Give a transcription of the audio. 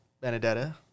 Benedetta